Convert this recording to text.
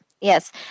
yes